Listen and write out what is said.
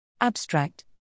Abstract